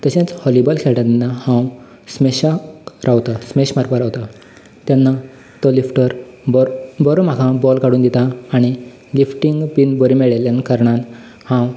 तशेंच व्हॉलीबॉल खेळटा तेन्ना हांव स्मॅशाक रावतां स्मॅश मारपाक रावतां तेन्ना तो लिफ्टर बरो बरो म्हाका बॉल काडून दिता आनी लिफ्टींग बी बरी मेळयिल्ल्या कारणान हांव